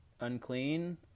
unclean